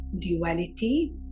duality